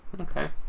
Okay